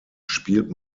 spielt